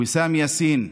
ויסאם יאסין,